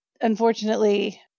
unfortunately